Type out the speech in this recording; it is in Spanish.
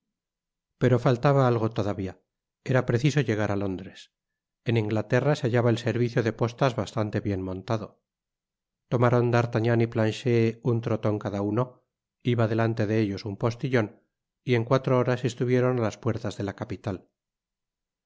pero faltaba algo todavía era preciso llegar á londres en inglaterra se hallaba el servicio de postas bastante bien montado tomaron d'artagnan y planched un troton cada uno iba delante de ellos un postilion y en cuatro horas estuvieron á las puertas de la capital